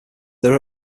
there